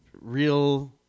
real